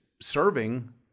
serving